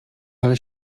ale